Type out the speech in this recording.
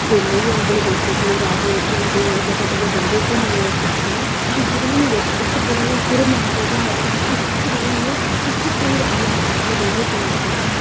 चेले बी औंदे हे बिच्च फिर ओह् राजे जेह्के होंदे हे ओह् जंदे हे जगह जगह जंदे हे मतलब घुम्मने गी साढ़ी जगानू बिच इक बड़ा गर्व मसूस होंदा कि जित्थै अस रौह्न्ने उत्थै कोई राजे महाराजे रेहियै गेदे उठी पैह्लें